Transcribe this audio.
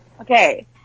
Okay